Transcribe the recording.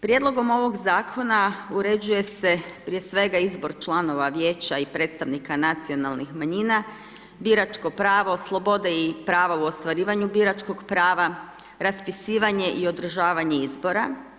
Prijedlogom ovog zakona uređuje se prije svega izbor članova vijeća i predstavnika nacionalnih manjina, biračko pravo, slobode i prava u ostvarivanju biračkog prava, raspisivanje i održavanje izbora.